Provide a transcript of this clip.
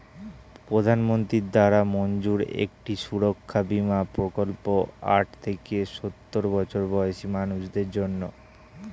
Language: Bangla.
প্রধানমন্ত্রী দ্বারা মঞ্জুর একটি সুরক্ষা বীমা প্রকল্প আট থেকে সওর বছর বয়সী মানুষদের জন্যে